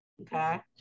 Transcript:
okay